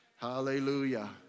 Hallelujah